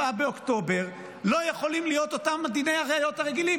באוקטובר לא יכולים להיות אותם דיני ראיות רגילים.